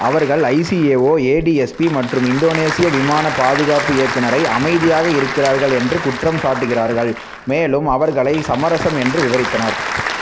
அவர்கள் ICAO ATSB மற்றும் இந்தோனேசிய விமானப் பாதுகாப்பு இயக்குனரை அமைதியாக இருக்கிறார்கள் என்று குற்றம் சாட்டுகிறார்கள் மேலும் அவர்களை சமரசம் என்று விவரித்தனர்